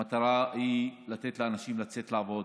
המטרה היא לתת לאנשים לצאת לעבוד,